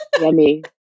Yummy